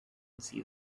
see